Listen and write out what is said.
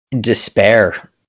despair